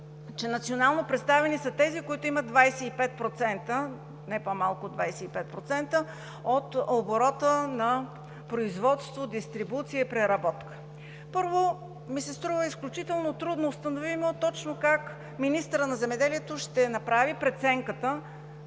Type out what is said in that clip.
че национално представени са тези, които имат не по-малко от 25% от оборота на производство, дистрибуция и преработка. Първо, струва ми се изключително трудно установимо как точно министърът на земеделието ще направи преценката